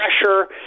pressure